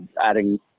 adding